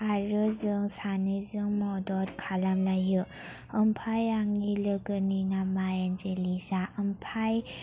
आरो जों सानैजों मदद खालाम लायो ओमफ्राय आंनि लोगोनि नामा एनजेलिसा ओमफ्राय